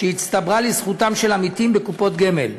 שהצטברה לזכותם של עמיתים בקופות גמל.